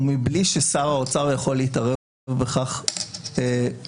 ומבלי ששר האוצר יכול להתערב בכך בכלל,